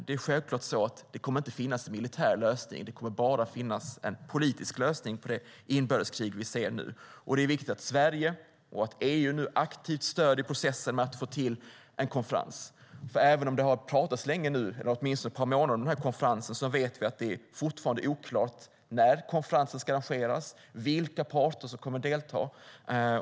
Det kommer självklart inte att finnas en militär politisk lösning, utan det kommer bara att finnas en lösning på det inbördeskrig som nu pågår. Det är viktigt att Sverige och EU nu aktivt stöder processen för att få till en konferens. Även om det har pratats om den här konferensen länge, eller åtminstone under ett par månader, vet vi att det fortfarande är oklart när den ska arrangeras och vilka parter som kommer att delta.